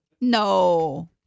No